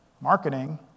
marketing